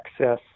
access